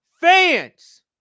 fans